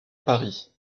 paris